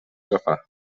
agafar